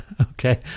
Okay